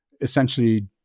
essentially